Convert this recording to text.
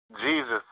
Jesus